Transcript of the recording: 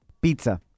Pizza